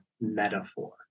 metaphor